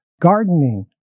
gardening